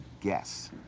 guess